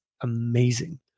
amazing